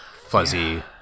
fuzzy